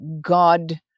God